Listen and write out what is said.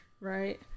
right